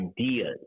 ideas